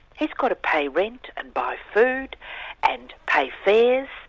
he's got to pay rent, and buy food and pay fares,